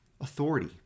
authority